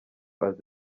azi